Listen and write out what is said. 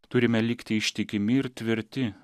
turime likti ištikimi ir tvirti